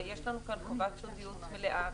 ויש לנו כאן חובת סודיות מלאה.